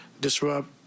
disrupt